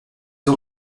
ont